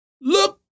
Look